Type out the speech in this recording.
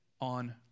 on